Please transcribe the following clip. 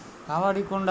Kavadikonda